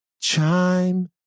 chime